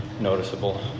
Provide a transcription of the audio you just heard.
noticeable